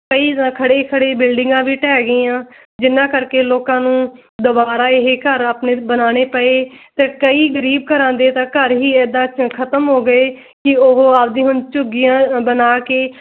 ਕਈ ਜਗ੍ਹਾ ਖੜ੍ਹੇ ਖੜ੍ਹੇ ਬਿਲਡਿੰਗਾਂ ਵੀ ਢਹਿ ਗਈਆਂ ਜਿਹਨਾਂ ਕਰਕੇ ਲੋਕਾਂ ਨੂੰ ਦੁਬਾਰਾ ਇਹ ਘਰ ਆਪਣੇ ਬਣਾਉਣੇ ਪਏ ਅਤੇ ਕਈ ਗਰੀਬ ਘਰਾਂ ਦੇ ਤਾਂ ਘਰ ਹੀ ਇੱਦਾਂ ਖਤਮ ਹੋ ਗਏ ਕਿ ਉਹ ਆਪਦੀ ਹੁਣ ਝੁੱਗੀਆਂ ਬਣਾ ਕੇ